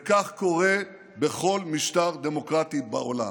וכך קורה בכל משטר דמוקרטי בעולם.